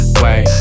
wait